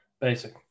Basic